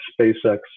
SpaceX